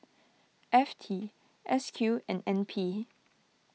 F T S Q and N P